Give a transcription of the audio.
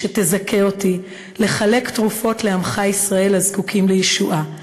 שתזכה אותי לחלק תרופות לעמך ישראל הזקוקים לישועה,